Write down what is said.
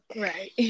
right